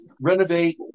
renovate